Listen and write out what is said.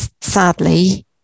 sadly